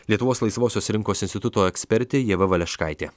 lietuvos laisvosios rinkos instituto ekspertė ieva valeškaitė